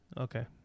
Okay